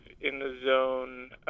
in-the-zone